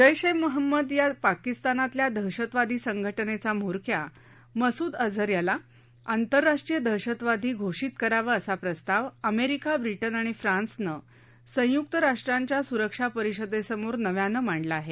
जैश ए महम्मद या पाकिस्तानातल्या दहशतवादी संघटनेचा म्होरक्या मसूद अझर याला आंतरराष्ट्रीय दहशतवादी घोषित करावं असा प्रस्ताव अमेरिका ब्रिटन आणि फ्रान्सनं संय्क्त राष्ट्रांच्या स्रक्षा परिषदेसमोर नव्यानं मांडला आहे